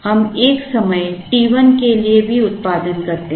हम एक समय t1 के लिए भी उत्पादन करते हैं